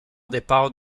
départ